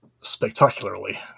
spectacularly